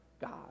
God